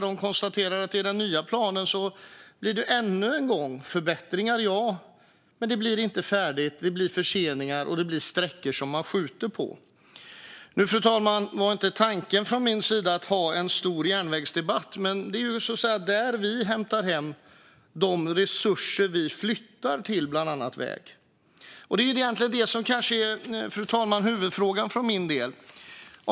De konstaterar att det i den nya planen ännu en gång blir förbättringar, ja, men det blir inte färdigt. Det blir förseningar, och det blir sträckor som man skjuter på. Fru talman! Nu var inte tanken från min sida att vi skulle ha en stor järnvägsdebatt, men det är, så att säga, där vi hämtar hem de resurser som vi flyttar till bland annat väg. Det är egentligen det som kanske är huvudfrågan för min del.